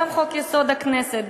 גם חוק-יסוד: הכנסת,